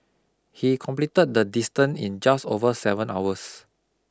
he completed the distance in just over seven hours